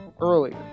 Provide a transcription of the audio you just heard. earlier